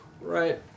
right